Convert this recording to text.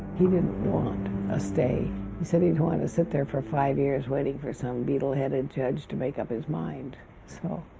he didn't want a stay he said he'd want to sit there for five years waiting for some beetle-headed judge to make up his mind so